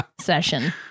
session